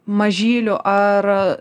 mažylių ar